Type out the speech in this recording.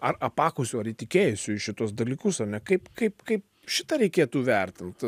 ar apakusių ar įtikėjusių į šituos dalykus ar ne kaip kaip kaip šitą reikėtų vertint